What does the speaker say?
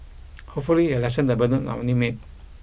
hopefully it'll lessen the burden on our new maid